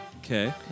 Okay